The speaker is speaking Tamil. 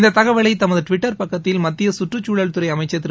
இந்தத் தகவலை தமது ட்விட்டர் பக்கத்தில் மத்திய சுற்றுக்துழல் துறை அமைச்சர் திரு